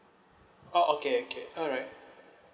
oh okay okay alright